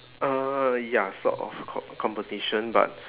uh ya sort of co~ competition but